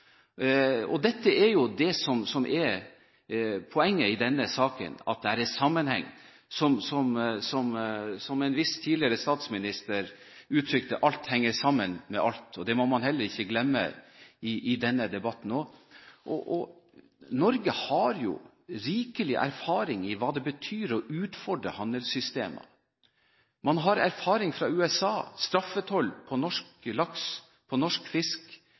omvendt. Dette er jo det som er poenget i denne saken, at det er sammenheng. Som en viss tidligere statsminister uttrykte: Alt henger sammen med alt. Det må man heller ikke glemme i denne debatten. Norge har rikelig erfaring i hva det betyr å utfordre handelssystemer. Man har erfaring fra USA, straffetoll på norsk laks, på norsk fisk.